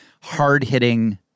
hard-hitting